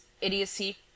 idiocy